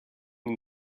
den